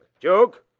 Joke